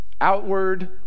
outward